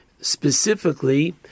specifically